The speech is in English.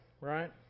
Right